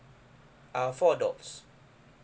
uh four adults